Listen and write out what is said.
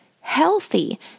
healthy